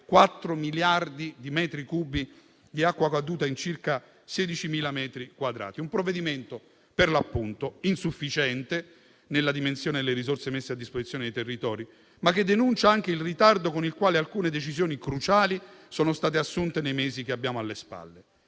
4 miliardi di metri cubi di acqua caduta in circa 16.000 metri quadrati. È un provvedimento insufficiente nella dimensione delle risorse messe a disposizione dei territori, ma che denuncia anche il ritardo con il quale alcune decisioni cruciali sono state assunte nei mesi che abbiamo alle spalle.